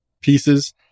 pieces